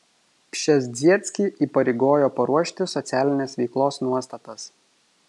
pšezdzieckį įpareigojo paruošti socialinės veiklos nuostatas